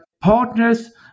partners